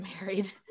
married